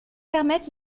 permettent